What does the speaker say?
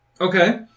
Okay